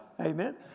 Amen